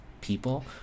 people